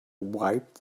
wipe